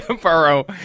Burrow